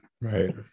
right